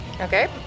Okay